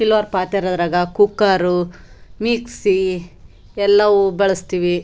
silver ಪಾತ್ರೆದ್ರಾಗ cooker mixie ಎಲ್ಲವೂ ಬಳಸ್ತೀವಿ